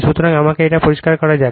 সুতরাং আমাকে এটা পরিষ্কার করা যাক